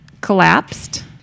collapsed